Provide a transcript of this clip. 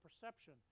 perception